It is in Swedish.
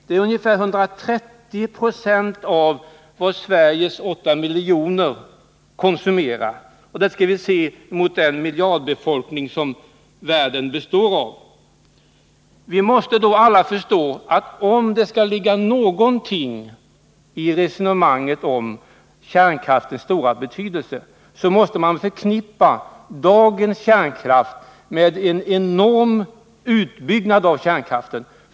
Det är ungefär 130 90 av vad Sveriges 8 miljoner invånare konsumerar, och detta skall ses mot den miljardbefolkning som världen består av. Om det skulle ligga någonting i resonemanget om kärnkraftens stora betydelse, måste det innebära att man förutsätter en enorm utbyggnad av kärnkraften.